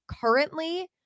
currently